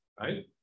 right